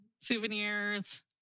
souvenirs